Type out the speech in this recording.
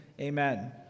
amen